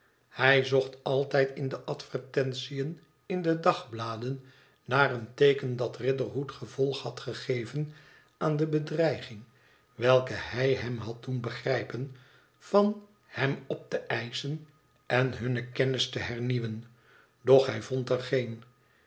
hij zocht altijd in de advertentiën in de dagbladen naar een teeken dat riderhood gevolg had gegeven aan de bedreiging welke hij hem had doen begrijpen van hem op te eischen en hunne kennis te hernieuwen doch hij vond er geen